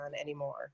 anymore